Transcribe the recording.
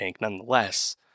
nonetheless